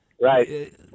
right